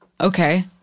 Okay